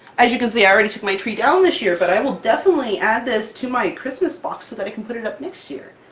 as you can see i already took my tree down this year, but i will definitely add this to my christmas box so that i can put it up next year!